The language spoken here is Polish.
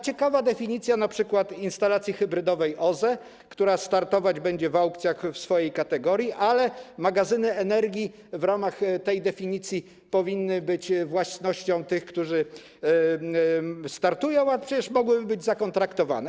Ciekawa jest definicja np. instalacji hybrydowej OZE, która startować będzie w aukcjach w swojej kategorii, ale magazyny energii w ramach tej definicji powinny być własnością tych, którzy startują, a przecież mogłyby być zakontraktowane.